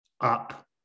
up